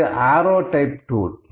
இது arrow type tool